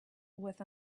with